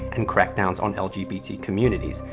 and crackdowns on lgbt communities.